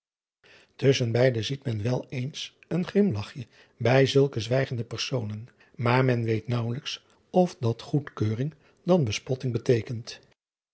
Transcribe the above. usschen beide ziet men wel eens een grimlachje bij zulke zwijgende personen maar men weet naauwelijks of dat goedkeuring dan bespotting beteekent